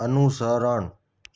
અનુસરણ